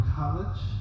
college